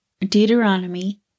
Deuteronomy